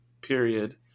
period